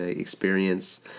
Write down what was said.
experience